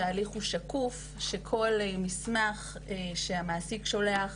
שההליך הוא שקוף ושכל מסמך שהמעסיק שולח